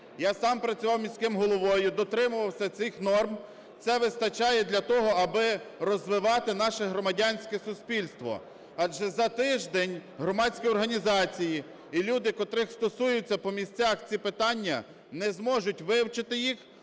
Я сам працював міським головою, дотримувався цих норм. Це вистачає для того, аби розвивати наше громадянське суспільство. Адже за тиждень громадські організації і люди, котрих стосується по місцях ці питання, не зможуть вивчити їх